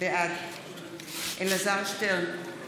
בעד אלעזר שטרן,